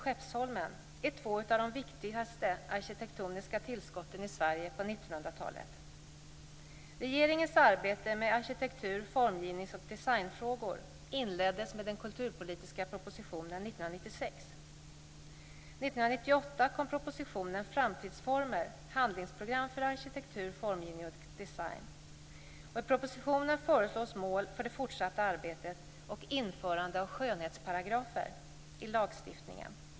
Skeppsholmen är två av de viktigaste arkitektoniska tillskotten i Sverige på 1900-talet. Regeringens arbete med arkitektur-, formgivnings och designfrågor inleddes med den kulturpolitiska propositionen 1996. handlingsprogram för arkitektur, formgivning och design. I propositionen föreslås mål för det fortsatta arbetet och införande av "skönhetsparagrafer" i lagstiftningen.